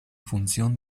función